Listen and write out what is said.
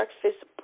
breakfast